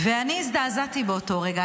אני הזדעזעתי באותו רגע.